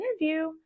interview